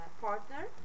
partner